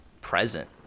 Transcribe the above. present